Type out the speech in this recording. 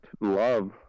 love